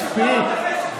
חבר הכנסת כהן, מספיק.